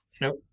Nope